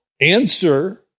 answer